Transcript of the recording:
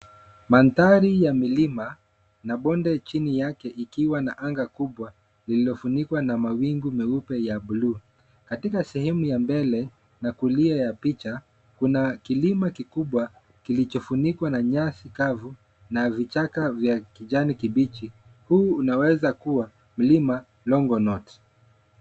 Mandhari ya milima na bonde chini yake ikiwa na anga kubwa lilofunikwa na mawingu meupe ya bluu. Katika sehimu ya mbele na kulia ya picha, kuna kilima kikubwa kilichofunikwa na nyasi kavu na vichaka vya kijani kibichi, huu unaweza kuwa mlima Longonot.